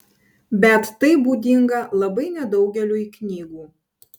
bet tai būdinga labai nedaugeliui knygų